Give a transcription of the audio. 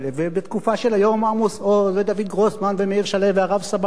ובתקופה של היום עמוס עוז ודוד גרוסמן ומאיר שלו והרב סבתו.